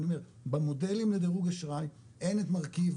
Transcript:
במודלים לדירוג אשראי אין את מרכיב